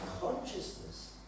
consciousness